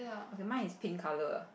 okay mine is pink color uh